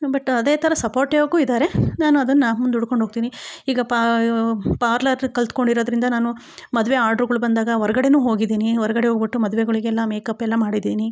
but ಅದೇ ಥರ ಸಪೋರ್ಟಿವಾಗೂ ಇದ್ದಾರೆ ನಾನು ಅದನ್ನು ಮುಂದೂಡಿಕೊಂಡು ಹೋಗ್ತೀನಿ ಈಗ ಪಾರ್ಲರ್ ಕಲ್ತು ಕೊಂಡಿರೋದರಿಂದ ನಾನು ಮದುವೆ ಆರ್ಡರ್ಗಳು ಬಂದಾಗ ಹೊರಗಡೆನು ಹೋಗಿದ್ದೀನಿ ಹೊರಗಡೆ ಹೋಗಿಬಿಟ್ಟು ಮದುವೆಗಳಿಗೆಲ್ಲ ಮೇಕಪ್ ಎಲ್ಲಾ ಮಾಡಿದ್ದೀನಿ